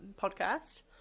podcast